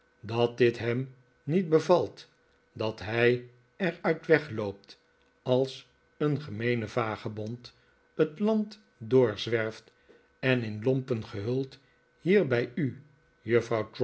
dat dit hem niet bevalt dat hij er uit wegloopt als een gemeene vagebond t land doorzwerft en in lompen gehuld hier bij u